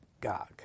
Gog